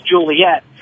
Juliet